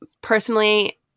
personally –